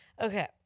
Okay